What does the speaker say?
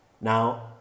Now